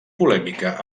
polèmica